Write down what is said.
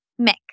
Mick